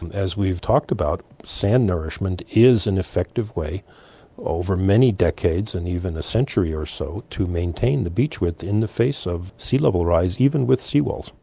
as we've talked about, sand nourishment is an effective way over many decades and even a century or so to maintain the beach with in the face of sea level rise, even with seawalls.